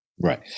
Right